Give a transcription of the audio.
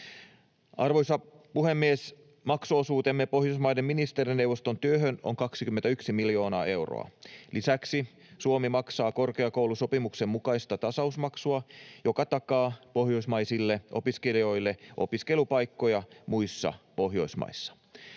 Arvoisa puhemies! Maksuosuutemme Pohjoismaiden ministerineuvoston työhön on 21 miljoonaa euroa. Lisäksi Suomi maksaa korkeakoulusopimuksen mukaista tasausmaksua, joka takaa pohjoismaisille opiskelijoille opiskelupaikkoja muissa Pohjoismaissa.